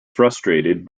frustrated